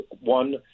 One